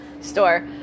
store